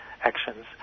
actions